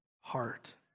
heart